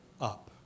up